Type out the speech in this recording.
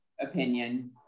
opinion